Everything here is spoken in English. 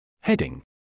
Heading